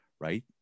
Right